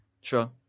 Sure